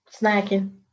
snacking